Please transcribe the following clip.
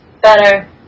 better